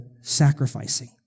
sacrificing